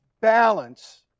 balance